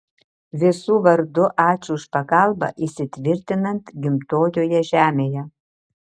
visų vardu ačiū už pagalbą įsitvirtinant gimtojoje žemėje